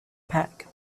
pack